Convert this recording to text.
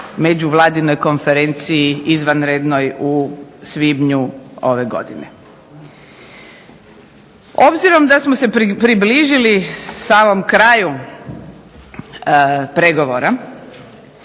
Međuvladinoj konferenciji izvanrednoj u svibnju ove godine. Obzirom da smo se približili samom kraju pregovora